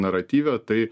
naratyve tai